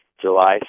July